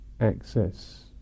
access